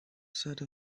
side